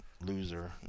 loser